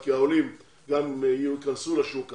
כי העולים ייכנסו לשוק הזה,